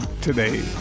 today